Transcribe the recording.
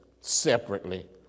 separately